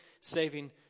saving